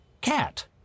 Cat